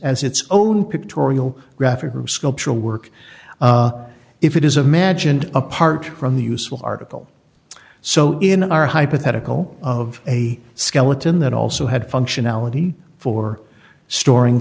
as its own pictorial graphical sculptural work if it is a madge and apart from the useful article so in our hypothetical of a skeleton that also had functionality for storing